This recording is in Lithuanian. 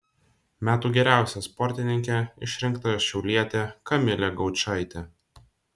metų geriausia sportininke išrinkta šiaulietė kamilė gaučaitė